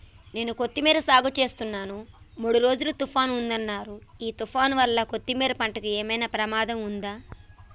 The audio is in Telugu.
నేను కొత్తిమీర సాగుచేస్తున్న మూడు రోజులు తుఫాన్ ఉందన్నరు ఈ తుఫాన్ వల్ల కొత్తిమీర పంటకు ఏమైనా ప్రమాదం ఉందా?